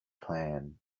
clan